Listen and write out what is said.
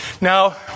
Now